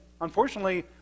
unfortunately